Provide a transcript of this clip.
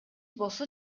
болсо